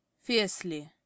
Fiercely